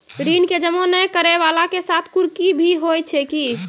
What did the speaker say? ऋण के जमा नै करैय वाला के साथ कुर्की भी होय छै कि?